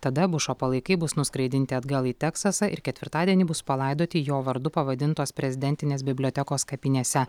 tada bušo palaikai bus nuskraidinti atgal į teksasą ir ketvirtadienį bus palaidoti jo vardu pavadintos prezidentinės bibliotekos kapinėse